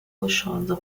rochosa